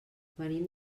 venim